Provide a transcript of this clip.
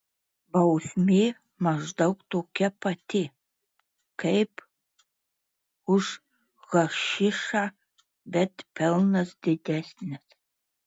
bausmė maždaug tokia pati kaip už hašišą bet pelnas didesnis